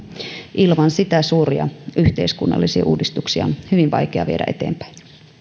ilman sitä suuria yhteiskunnallisia uudistuksia on hyvin vaikea viedä eteenpäin